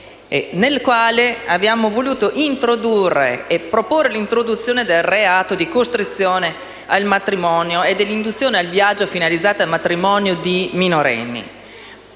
nel quale abbiamo voluto proporre l'introduzione del reato di costrizione al matrimonio e di induzione al viaggio finalizzato al matrimonio di minorenni.